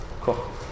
Cool